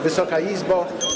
Wysoka Izbo!